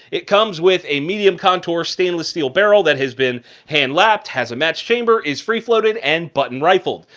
it comes with a medium contour stainless steel barrel that has been hand lapped, has a match chamber, is free floated and is button rifled.